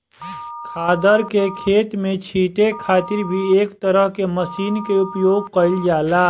खादर के खेत में छींटे खातिर भी एक तरह के मशीन के उपयोग कईल जाला